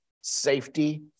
safety